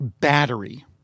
battery